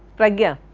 pragya?